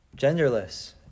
Genderless